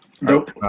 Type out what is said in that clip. Nope